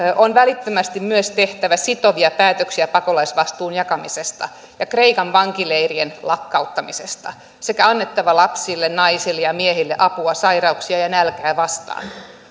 on välittömästi myös tehtävä sitovia päätöksiä pakolaisvastuun jakamisesta ja kreikan vankileirien lakkauttamisesta sekä annettava lapsille naisille ja ja miehille apua sairauksia ja nälkää vastaan